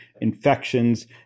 infections